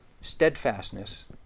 steadfastness